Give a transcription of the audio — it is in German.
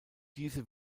diese